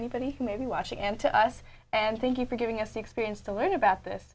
anybody who may be watching and to us and thank you for giving us the experience to learn about this